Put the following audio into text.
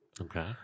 Okay